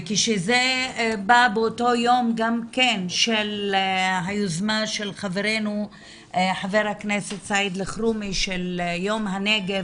וכשזה בא באותו היום של היוזמה של חברנו ח"כ אלחרומי של יום הנגב,